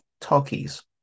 talkies